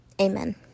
Amen